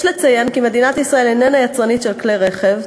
יש לציין כי מדינת ישראל איננה יצרנית של כלי רכב,